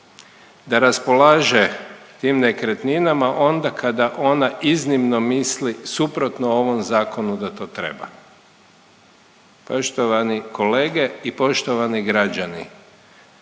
da raspolaže tim nekretninama onda kada ona iznimno misli suprotno ovom zakonu da to treba. Poštovani kolege i poštovani građani,